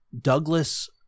Douglas